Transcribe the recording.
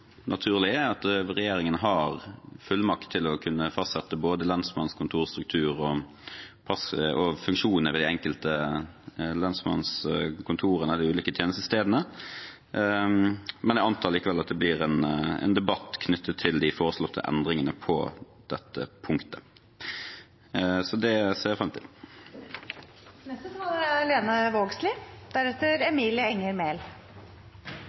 naturlig er – at regjeringen har fullmakt til å kunne fastsette både lensmannkontorstruktur og funksjonene ved de enkelte lensmannskontorene eller de ulike tjenestestedene, men jeg antar likevel at det blir en debatt knyttet til de foreslåtte endringene på dette punktet. Det ser jeg fram til. Dette er